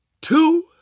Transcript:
two